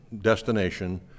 destination